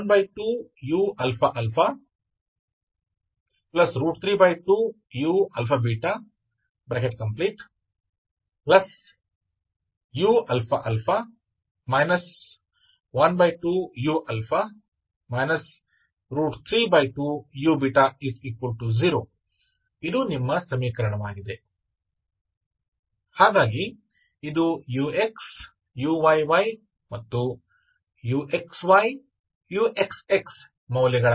14uαα32uαβ34uββ 12uαα32uαβuαα 12u 32u0 ಇದು ನಿಮ್ಮ ಸಮೀಕರಣವಾಗಿದೆ ಹಾಗಾಗಿ ಇದು ux uyy ಮತ್ತು uxy uxxಮೌಲ್ಯಗಳಾಗಿವೆ